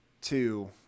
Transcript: Two